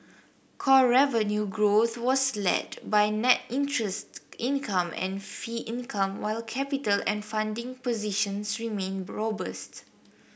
core revenue growth was led by net interest income and fee income while capital and funding positions remain robust